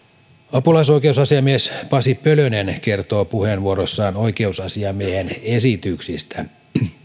apulaisoikeusasiamies pasi pölönen kertoo puheenvuorossaan oikeusasiamiehen esityksistä